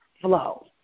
flow